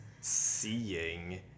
Seeing